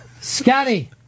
Scotty